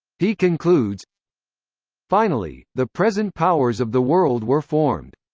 he concludes finally, the present powers of the world were formed.